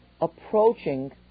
approaching